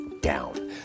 down